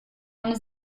eine